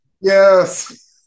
Yes